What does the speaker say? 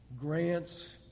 grants